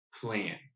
plan